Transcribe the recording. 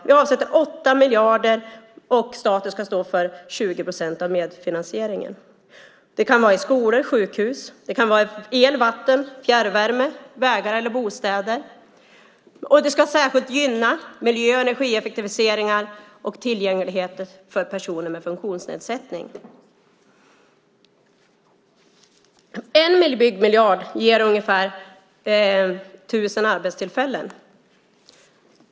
Vi avsätter 8 miljarder, och staten ska stå för 20 procent av medfinansieringen. Det kan användas för skolor, sjukhus, el, vatten, fjärrvärme, vägar eller bostäder, och det ska särskilt gynna miljö och energieffektiviseringar och tillgänglighet för personer med funktionsnedsättning. 1 byggmiljard ger ungefär 1 000 arbetstillfällen.